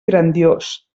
grandiós